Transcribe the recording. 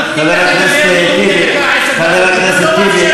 חברת הכנסת ענת ברקו.